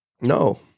No